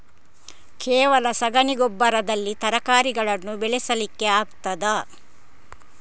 ಕೇವಲ ಸಗಣಿ ಗೊಬ್ಬರದಲ್ಲಿ ತರಕಾರಿಗಳನ್ನು ಬೆಳೆಸಲಿಕ್ಕೆ ಆಗ್ತದಾ?